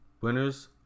Winners